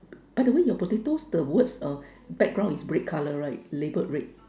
by the way your potatoes the words uh background is red colour right label red